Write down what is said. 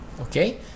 Okay